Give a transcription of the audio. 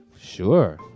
Sure